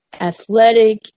athletic